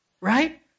right